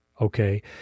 Okay